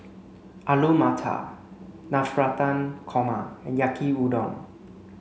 Alu Matar Navratan Korma and Yaki udon